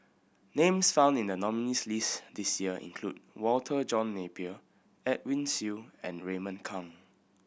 names found in the nominees' list this year include Walter John Napier Edwin Siew and Raymond Kang